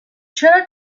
چرا